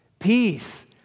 peace